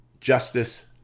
justice